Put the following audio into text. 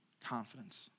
confidence